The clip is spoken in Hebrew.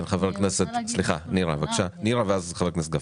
כן חה"כ נירה, ואז חה"כ גפני.